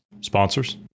Sponsors